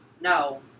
no